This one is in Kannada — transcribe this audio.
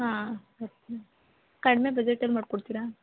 ಹಾಂ ಸರಿ ಹ್ಞೂ ಕಡಿಮೆ ಬಜೆಟಲ್ಲಿ ಮಾಡ್ಕೊಡ್ತಿರ